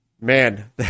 man